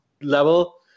level